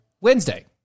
Wednesday